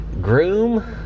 groom